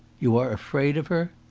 you are afraid of her!